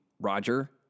roger